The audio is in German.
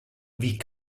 wie